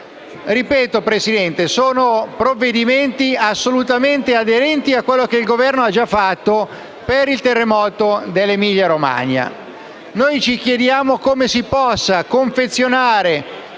signora Presidente, sono provvedimenti assolutamente aderenti a quello che il Governo ha già fatto per il terremoto dell'Emilia-Romagna. Ci chiediamo come si possa confezionare